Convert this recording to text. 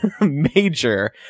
major